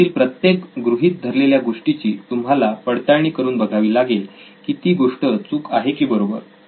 त्यातील प्रत्येक गृहीत धरलेल्या गोष्टीची तुम्हाला पडताळणी करून बघावी लागेल की ती गोष्ट चूक आहे की बरोबर